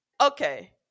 Okay